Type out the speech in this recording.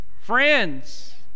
Friends